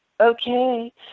Okay